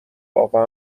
آقا